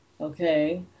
Okay